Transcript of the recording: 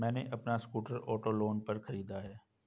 मैने अपना scooter auto loan पर खरीदा है